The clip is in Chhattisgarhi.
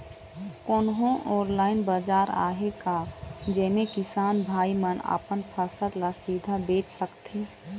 कोन्हो ऑनलाइन बाजार आहे का जेमे किसान भाई मन अपन फसल ला सीधा बेच सकथें?